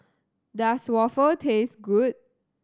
does waffle taste good